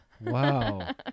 Wow